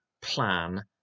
plan